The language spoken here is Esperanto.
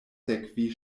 sekvi